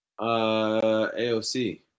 AOC